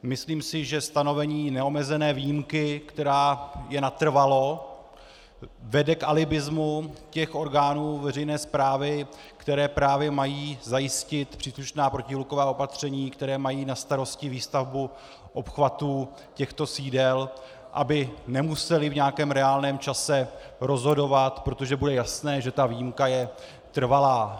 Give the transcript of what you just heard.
Myslím si, že stanovení neomezené výjimky, která je natrvalo, vede k alibismu těch orgánů veřejné správy, které právě mají zajistit příslušná protihluková opatření, které mají na starosti výstavbu obchvatů těchto sídel, aby nemusely v nějakém reálném čase rozhodovat, protože bude jasné, že ta výjimka je trvalá.